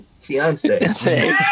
fiance